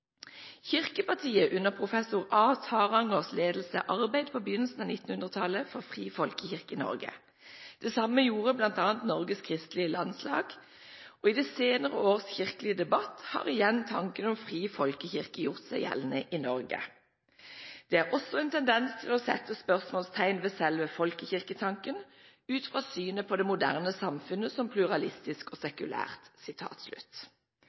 Kirkepartiet under professor A. Tarangers ledelse arbeidet på begynnelsen av 1900-tallet for fri folkekirke i Norge. Det samme gjorde bl.a. Norges kristelige landslag. I de senere års kirkelige debatt har igjen tanken om fri folkekirke gjort seg gjeldende i Norge. Det er også en tendens til å sette spørsmålstegn ved selve folkekirketanken, ut fra synet på det moderne samfunn som pluralistisk og